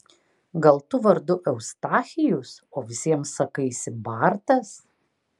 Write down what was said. gal tu vardu eustachijus o visiems sakaisi bartas